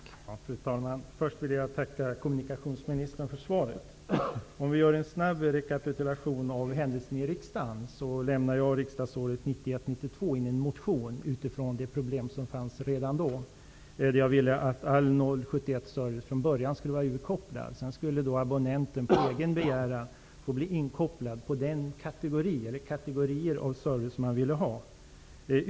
Fru talman! Först vill jag tacka kommunikationsministern för svaret. Jag skall göra en snabb rekapitulation av händelserna i riksdagen i denna fråga. Under riksmötet 1991/92 väckte jag en motion utifrån de problem som då fanns. Jag ville att all 071-service från början skulle vara urkopplad. Sedan skulle abonnenten på egen begäran bli inkopplad på de kategorier av service som man ville ha.